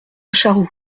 charroux